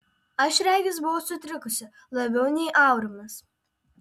aš regis buvau sutrikusi labiau nei aurimas